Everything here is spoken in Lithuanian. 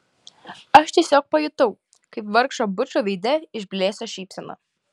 aš tiesiog pajutau kaip vargšo bučo veide išblėso šypsena